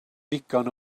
ddigon